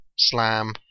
slam